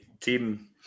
Team